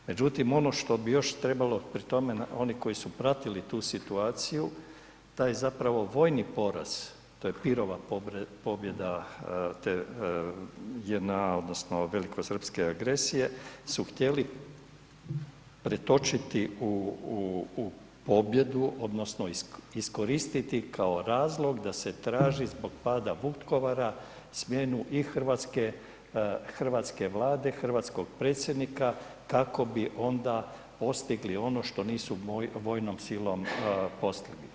Međutim, ono što bi još trebalo pri tome, oni koji su pratili tu situaciju, taj zapravo vojni poraz, to je pirova pobjeda te JNA odnosno velikosrpske agresije su htjeli pretočiti u, u, u pobjedu odnosno iskoristiti kao razlog da se traži zbog pada Vukovara smjeru i hrvatske, hrvatske Vlade, hrvatskog predsjednika, kako bi onda postigli ono što nisu vojnom silom postigli.